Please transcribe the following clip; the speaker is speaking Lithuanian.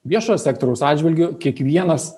viešojo sektoriaus atžvilgiu kiekvienas